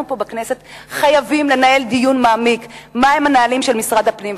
אנחנו כאן בכנסת חייבים לנהל דיון מעמיק מהם הנהלים של משרד הפנים.